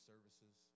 Services